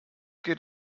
geht